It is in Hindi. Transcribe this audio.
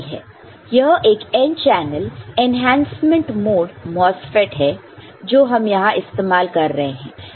यह एक n channel enhancement mode MOSFET है जो हम यहां इस्तेमाल कर रहे हैं